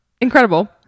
Incredible